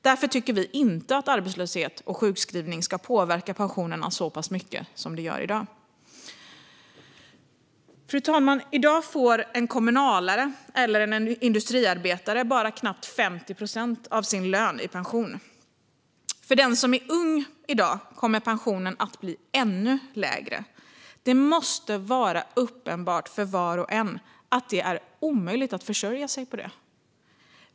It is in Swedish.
Därför tycker vi inte att arbetslöshet och sjukskrivning ska påverka pensionerna så pass mycket som de gör i dag. Fru talman! I dag får en kommunalare eller en industriarbetare bara knappt 50 procent av sin lön i pension. För den som i dag är ung kommer pensionen att bli ännu lägre. Det måste vara uppenbart för var och en att det är omöjligt att försörja sig på det.